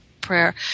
prayer